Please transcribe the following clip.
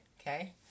Okay